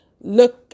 look